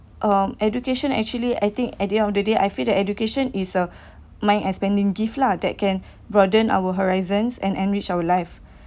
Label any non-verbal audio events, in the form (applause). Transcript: um education actually I think at the end of the day I feel that education is a (breath) mind expanding gift lah that can broaden our horizons and enrich our life